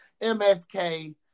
MSK